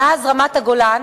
מאז רמת-הגולן